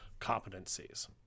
competencies